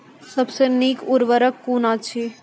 सबसे नीक उर्वरक कून अछि?